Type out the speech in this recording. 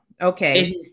Okay